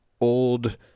old